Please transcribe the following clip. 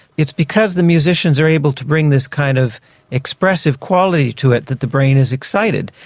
it's because the musicians are able to bring this kind of expressive quality to it that the brain is excited.